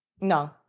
No